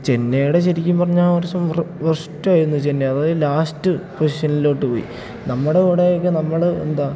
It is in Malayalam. ചെന്നൈയുടെ ശരിക്കും പറഞ്ഞാൽ ആ വർഷം വൃസ്റ്റായിരുന്നു ചെന്നൈ അതായത് ലാസ്റ്റ് പൊസിഷനിലോട്ട് പോയി നമ്മുടെ അവിടെയൊക്കെ നമ്മൾ എന്താ